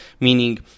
meaning